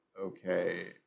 okay